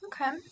Okay